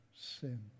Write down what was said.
sin